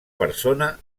persona